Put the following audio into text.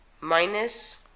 minus